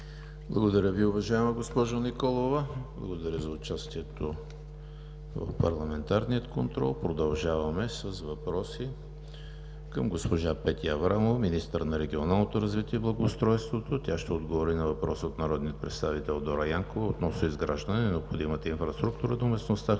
Благодаря Ви, уважаема госпожо Николова. Благодаря за участието в парламентарния контрол. Продължаваме с въпроси към госпожа Петя Аврамова, министър на регионалното развитие и благоустройството. Тя ще отговори на въпрос от народния представител Дора Янкова относно изграждане на необходимата инфраструктура до местността